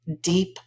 Deep